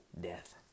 death